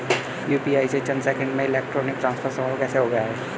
UPI से चंद seconds में इलेक्ट्रॉनिक ट्रांसफर संभव हो गया है